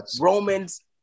Roman's